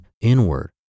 inward